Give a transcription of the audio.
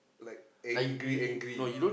like angry angry